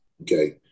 okay